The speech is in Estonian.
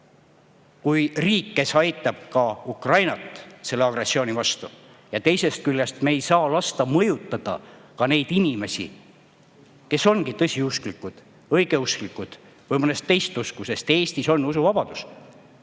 kui riik, kes aitab Ukrainal selle agressiooni vastu seista, ja teisest küljest me ei saa lasta mõjutada neid inimesi, kes on tõsiusklikud õigeusklikud või mõnda teist usku. Eestis on usuvabadus.